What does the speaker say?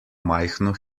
majhno